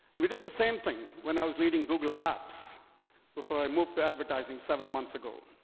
we did the same thing when i was leading google apps before i moved to advertising seven months ago.